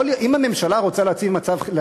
אם הממשלה רוצה להציג מצב חירום,